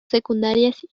secundarias